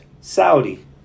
Saudi